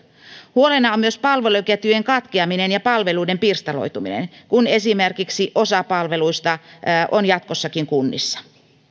huolena on myös palveluketjujen katkeaminen ja palveluiden pirstaloituminen kun esimerkiksi osa palveluista on jatkossakin kunnissa